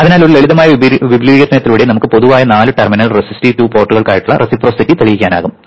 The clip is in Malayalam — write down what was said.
അതിനാൽ ഒരു ലളിതമായ വിപുലീകരണത്തിലൂടെ നമുക്ക് പൊതുവായ നാല് ടെർമിനൽ റെസിസ്റ്റീവ് 2 പോർട്ടുകൾക്കായുള്ള റെസിപ്രൊസിറ്റി തെളിയിക്കാനാകും